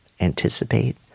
anticipate